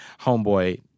homeboy